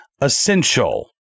Essential